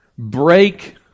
Break